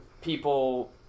People